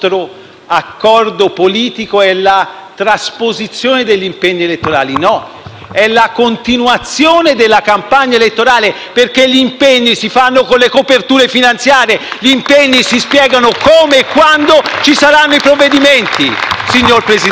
accordo politico è la trasposizione degli impegni elettorali. No, è la continuazione della campagna elettorale, perché gli impegni si fanno con la coperture finanziarie; con gli impegni si spiegano come e quando ci saranno i provvedimenti, signor Presidente!